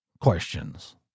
questions